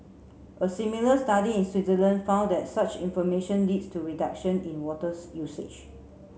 a similar study in Switzerland found that such information leads to reduction in waters usage